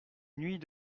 nuit